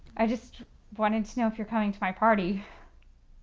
i just wanted to know if you're coming to my party.